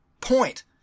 point